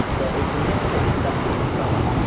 but it can get a bit stuffy in summer.